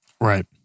Right